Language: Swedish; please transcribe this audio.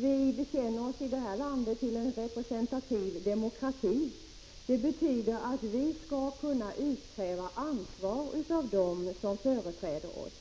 Vi bekänner oss i det här landet till en representativ demokrati. Det betyder att vi skall kunna utkräva ansvar av dem som företräder oss.